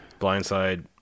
Blindside